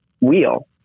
wheel